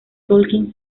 tolkien